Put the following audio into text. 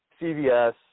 CVS